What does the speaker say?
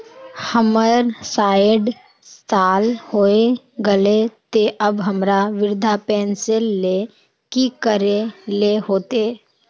हमर सायट साल होय गले ते अब हमरा वृद्धा पेंशन ले की करे ले होते?